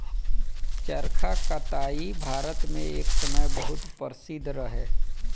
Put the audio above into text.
चरखा कताई भारत मे एक समय बहुत प्रसिद्ध रहे